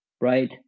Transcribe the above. Right